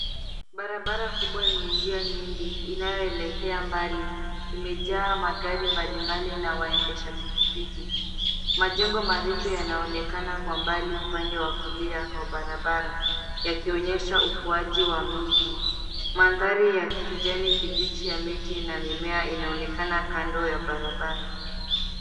Barabara kubwa yenye njia nyingi inayoelekea mbali imejaa magari mbali mbali na waendesha pikipiki. Majengo marefu yanaonekana kwa mbali upande wa kulia wa barabara, yakionyesha ukuaji wa miji. Mandhari ya kijani kibichi ya miti na mimea inaonekana kando ya barabara.